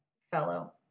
fellow